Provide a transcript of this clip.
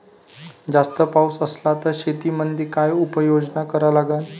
जास्त पाऊस असला त शेतीमंदी काय उपाययोजना करा लागन?